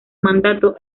mandato